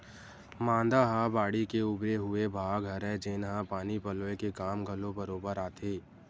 मांदा ह बाड़ी के उभरे हुए भाग हरय, जेनहा पानी पलोय के काम घलो बरोबर आथे